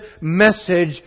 message